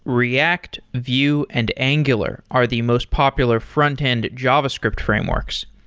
react, vue, and angular are the most popular front-end javascript frameworks.